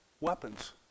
weapons